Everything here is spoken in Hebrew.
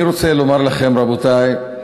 אני רוצה לומר לכם, רבותי,